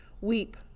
weep